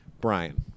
Brian